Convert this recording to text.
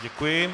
Děkuji.